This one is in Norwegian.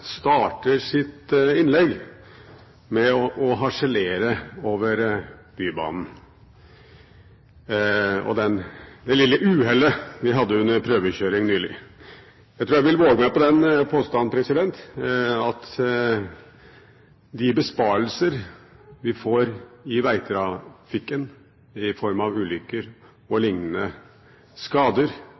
starter sitt innlegg med å harselere over Bybanen og det lille uhellet vi hadde under prøvekjøringen nylig. Jeg tror jeg vil våge meg på den påstanden at de besparelser vi får i vegtrafikken med tanke på skader, ulykker